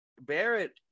Barrett